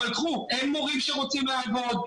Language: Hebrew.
אבל אין מורים שרוצים לעבוד.